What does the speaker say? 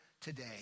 today